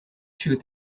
shoot